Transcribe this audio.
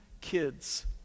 kids